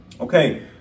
Okay